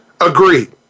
Agreed